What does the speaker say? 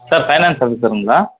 sir finance ஆஃபீஸருங்களா